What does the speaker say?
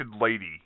lady